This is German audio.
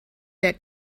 der